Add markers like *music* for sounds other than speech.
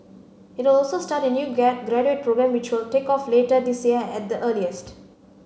it will also start a new *unintelligible* graduate programme which will take off later this year at the earliest